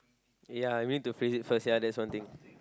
ya I need to phrase it first ya that's one thing